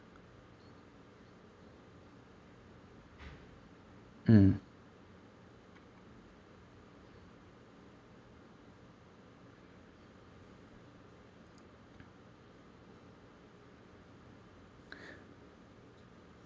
mm